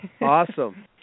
awesome